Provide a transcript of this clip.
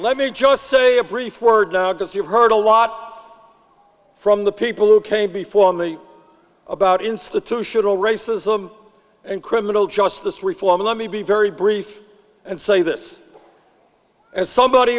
let me just say a brief word now because you've heard a lot from the people who came before me about institutional racism and criminal justice reform let me be very brief and say this as somebody